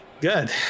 Good